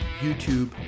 YouTube